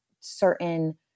certain